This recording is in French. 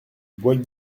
bois